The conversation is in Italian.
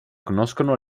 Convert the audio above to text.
conoscono